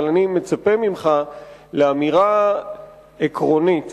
אבל אני מצפה ממך לאמירה עקרונית